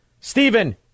Stephen